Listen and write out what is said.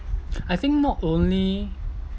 I think not only